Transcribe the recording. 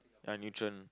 I'm neutral